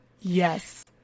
Yes